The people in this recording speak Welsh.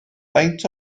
faint